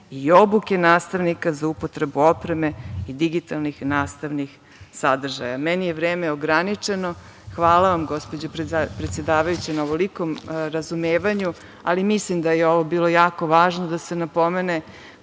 i obuke nastavnika za upotrebu opreme i digitalnih nastavnih sadržaja. Meni je vreme ograničeno. Hvala vam gospođo predsedavajuća na ovolikom razumevanju, ali mislim da je ovo bilo jako važno da se napomene